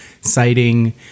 citing